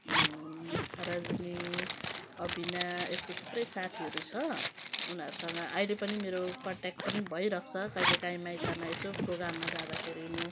रजनी अबिना यस्तो थुप्रै साथीहरू छ उनीहरूसँग अहिले पनि मेरो कन्ट्याक पनि भइरहन्छ कहिलेकाहीँ माइतमा यसो प्रोगाममा जाँदाखेरि म